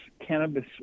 cannabis